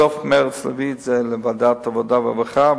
ובסוף מרס להביא את זה לוועדת העבודה והרווחה,